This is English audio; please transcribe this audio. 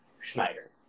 Schneider